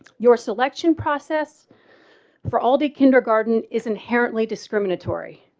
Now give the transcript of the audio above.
your selection process for all the kindergarten is inherently discriminatory,